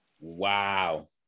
Wow